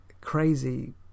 crazy